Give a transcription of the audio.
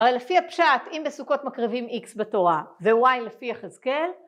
אבל לפי הפשט אם בסוכות מקרבים איקס בתורה ווואי לפי יחזקאל